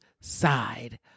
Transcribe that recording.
side